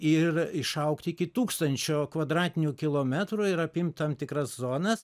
ir išaugti iki tūkstančio kvadratinių kilometrų ir apimt tam tikras zonas